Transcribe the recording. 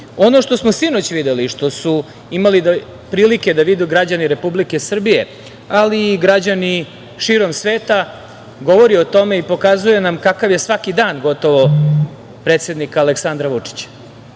što smo sinoć videli, što su imali prilike da vide građani Republike Srbije, ali i građani širom sveta, govori o tome i pokazuje nam kakav je svaki dan gotovo predsednika Aleksandra Vučića.